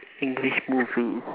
english movies